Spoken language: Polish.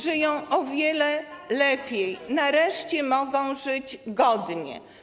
Żyją o wiele lepiej, nareszcie mogą żyć godnie.